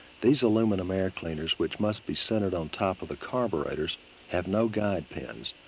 these aluminum air cleaners which must be centered on top of the carburetors have no guide pins.